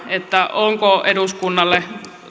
onko eduskunnalle